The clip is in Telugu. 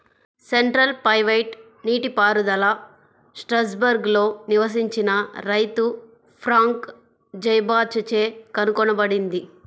సెంటర్ పైవట్ నీటిపారుదల స్ట్రాస్బర్గ్లో నివసించిన రైతు ఫ్రాంక్ జైబాచ్ చే కనుగొనబడింది